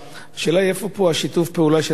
השאלה היא: איפה פה שיתוף הפעולה עם הרשות